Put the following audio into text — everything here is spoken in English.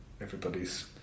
everybody's